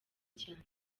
cyane